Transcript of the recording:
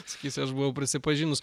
sakysi aš buvau prisipažinus